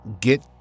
get